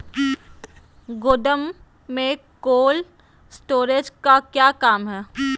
गोडम में cold storage का क्या काम है?